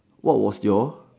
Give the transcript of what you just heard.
what was your